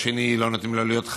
והשני, לא נותנים לו להיות חבר.